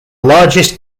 largest